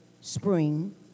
spring